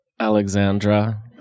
Alexandra